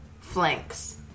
flanks